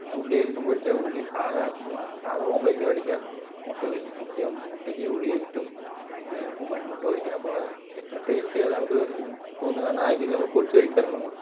ഇങ്ങനെ ഉള്ളി അരിഞ്ഞുട്ടും പൊരിക്കാം ഉള്ളി സാധാ സാധാ ഓംലെറ്റും അടിക്കാം മുട്ട മുട്ടയ്ക്ക് ഉള്ളി അരിഞ്ഞിട്ടും പച്ചമുളകരിഞ്ഞിട്ടും വേണമെങ്കിൽ മുട്ട പൊരിക്കാം അപ്പോൾ ഏറ്റവും ടേസ്റ്റ് അതു നമുക്ക് ഇപ്പോൾ ഒന്നു തന്നാൽ അതിലേക്ക് നമ്മൾ പൊരിച്ചു കഴിക്കാറുണ്ട്